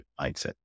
mindset